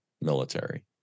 military